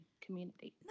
community